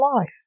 life